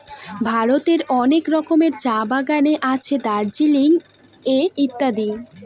ভারতের অনেক রকমের চা বাগানে আছে দার্জিলিং এ ইত্যাদি